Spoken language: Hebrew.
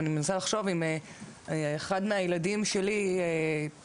אני מנסה לחשוב אם אחד מהילדים שלי יחליט,